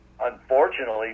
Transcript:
unfortunately